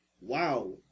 Wow